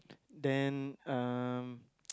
then um